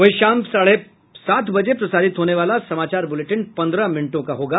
वहीं शाम साढ़े सात बजे प्रसारित होने वाला समाचार बुलेटिन पंद्रह मिनटों का होगा